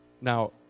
Now